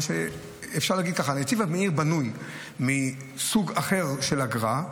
אפשר להגיד שהנתיב המהיר בנוי מסוג אחר של אגרה,